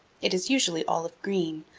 it is usually olive green,